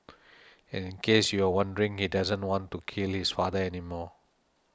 and in case you were wondering he doesn't want to kill his father anymore